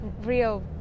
real